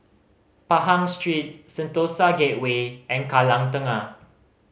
Pahang Street Sentosa Gateway and Kallang Tengah